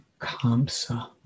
Kamsa